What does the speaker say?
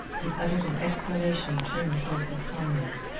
he uttered an exclamation and turned toward his comrade.